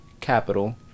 capital